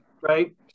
right